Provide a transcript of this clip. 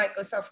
Microsoft